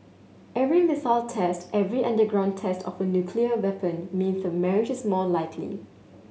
every missile test every underground test of a nuclear weapon means the marriage is more likely